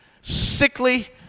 sickly